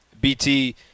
BT